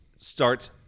starts